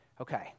Okay